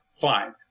fine